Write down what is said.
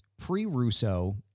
pre-Russo